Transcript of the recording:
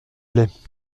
plait